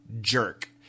jerk